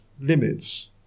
limits